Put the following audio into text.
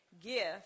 gift